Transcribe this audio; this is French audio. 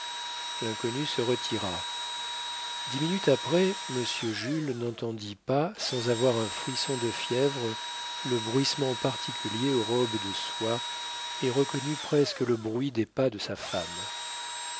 l'inconnu se retira dix minutes après monsieur jules n'entendit pas sans avoir un frisson de fièvre le bruissement particulier aux robes de soie et reconnut presque le bruit des pas de sa femme